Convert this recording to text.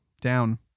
down